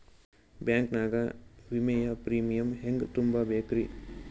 Bank ನಾಗ ವಿಮೆಯ premium ಹೆಂಗ್ ತುಂಬಾ ಬೇಕ್ರಿ?